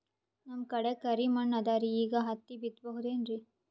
ನಮ್ ಕಡೆ ಕರಿ ಮಣ್ಣು ಅದರಿ, ಈಗ ಹತ್ತಿ ಬಿತ್ತಬಹುದು ಏನ್ರೀ?